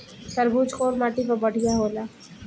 तरबूज कउन माटी पर बढ़ीया होला?